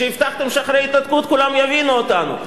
כשהבטחתם שאחרי ההתנתקות כולם יבינו אותנו.